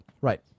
Right